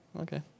Okay